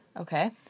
Okay